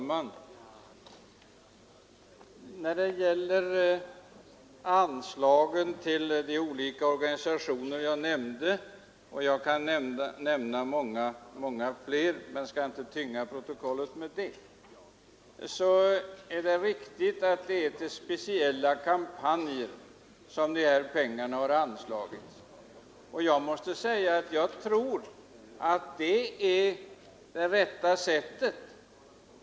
Herr talman! Anslagen till de organisationer jag tidigare nämnde — jag kunde nämna många fler men skall inte tynga protokollet med det — går till speciella kampanjer, det är riktigt. Och det tror jag är det rätta sättet.